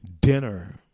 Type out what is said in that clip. dinner